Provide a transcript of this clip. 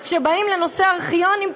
אז כשבאים לנושא הארכיונים,